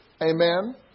Amen